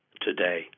today